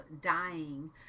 dying